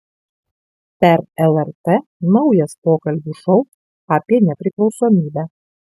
per lrt naujas pokalbių šou apie nepriklausomybę